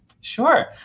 Sure